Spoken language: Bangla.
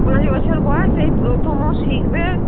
পাঁচ বছর বয়স এই প্রথম ও শিখবে